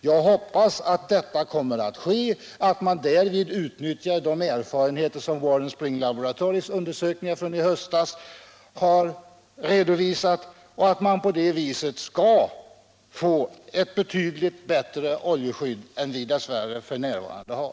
Jag hoppas att så kommer att ske, att man därvid utnyttjar de erfarenheter som Warren Spring Laboratories undersökningar från i höstas har redovisat och att vi på det viset skall få ett betydligt bättre oljeskydd än det vi f.n. har.